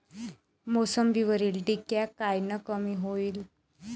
मोसंबीवरील डिक्या कायनं कमी होईल?